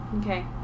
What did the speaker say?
Okay